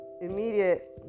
immediate